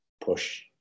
push